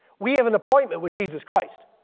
we have an appointment with jesus christ.